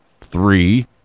three